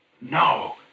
No